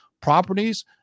properties